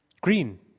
Green